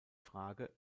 frage